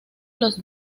los